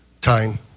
time